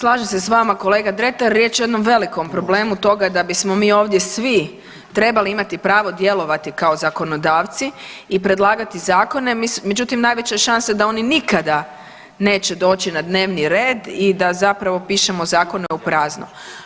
Slažem se s vama kolega Dretar, riječ je o jednom velikom problemu toga da bismo mi ovdje svi trebali imati pravo djelovati kao zakonodavci i predlagati zakone, međutim najveća je šansa da oni nikada neće doći na dnevni red i da zapravo pišemo zakone u prazno.